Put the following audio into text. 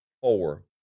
four